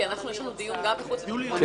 כי לנו יש דיון גם בחוץ וביטחון -- אני